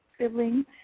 siblings